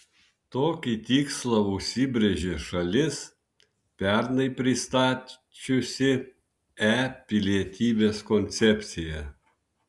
tokį tikslą užsibrėžė šalis pernai pristačiusi e pilietybės koncepciją